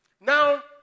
Now